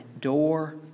door